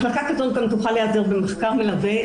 מחלקה כזאת גם תוכל להיעזר במחקר מלווה.